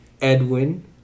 Edwin